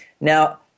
Now